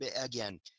again